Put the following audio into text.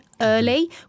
early